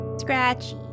Scratchy